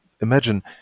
Imagine